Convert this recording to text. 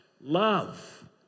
love